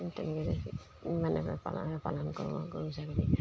তেনেকৈ ইমানে পা পালন কৰোঁ আৰু গৰু ছাগলী